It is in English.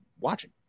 watching